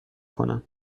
کنم